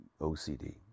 OCD